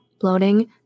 bloating